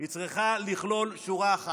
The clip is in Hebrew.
היא צריכה לכלול שורה אחת: